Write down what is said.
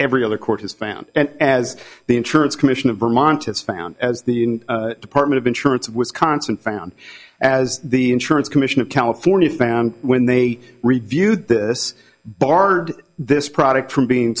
every other court has found and as the insurance commission of vermont has found as the department of insurance of wisconsin found as the insurance commission of california found when they reviewed this barred this product from being